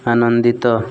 ଆନନ୍ଦିତ